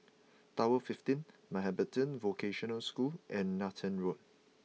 Tower Fifteen Mountbatten Vocational School and Nathan Road